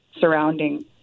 surrounding